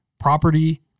Property